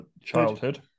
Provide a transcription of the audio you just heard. Childhood